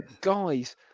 guys